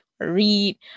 read